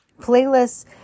playlists